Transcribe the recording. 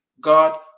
God